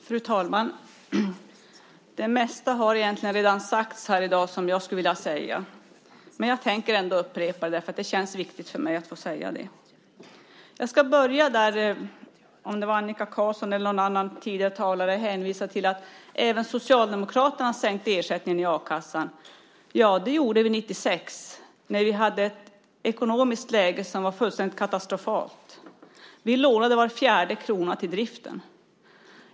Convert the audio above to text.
Fru talman! Det mesta jag skulle vilja säga här i dag har egentligen redan blivit sagt, men jag tänker ändå upprepa det. Det känns viktigt för mig att få säga det. Jag ska börja med det som Annika Qarlsson eller någon annan tidigare sade om att även Socialdemokraterna sänkte ersättningen i a-kassan. Ja, det gjorde vi 1996 när vi hade ett ekonomiskt läge som var fullständigt katastrofalt. Vi lånade var fjärde krona till driften.